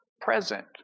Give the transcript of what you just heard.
present